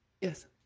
Yes